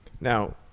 Now